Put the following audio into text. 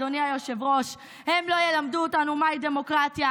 אדוני היושב-ראש: הם לא ילמדו אותנו מהי דמוקרטיה,